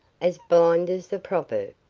as blind as the proverb.